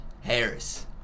Harris